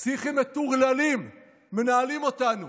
פסיכים מטורללים מנהלים אותנו.